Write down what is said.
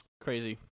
Crazy